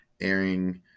airing